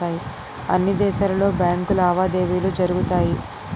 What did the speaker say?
అన్ని దేశాలలో బ్యాంకు లావాదేవీలు జరుగుతాయి